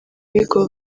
bigo